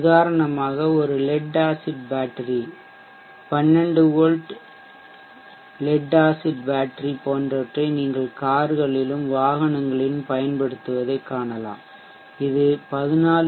உதாரணமாக ஒரு lead acid battery 12 volt lead acid battery போன்றவற்றை நீங்கள் கார்களிலும் வாகனங்களிலும் பயன்படுத்துவதைக் காணலாம் இது 14